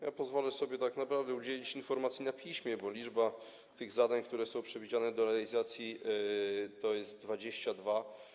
Ja pozwolę sobie tak naprawdę udzielić informacji na piśmie, bo liczba tych zadań, które są przewidziane do realizacji, to jest 22.